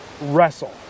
wrestle